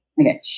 Okay